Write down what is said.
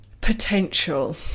potential